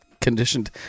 Conditioned